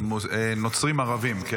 נוצרים ערבים, כן?